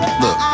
look